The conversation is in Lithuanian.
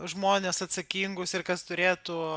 žmones atsakingus ir kas turėtų